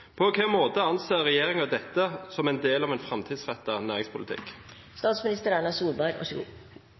På hvilken måte anser regjeringen dette som en del av en framtidsrettet næringspolitikk?